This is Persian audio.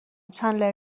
چندلر